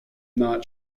not